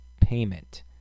payment